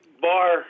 bar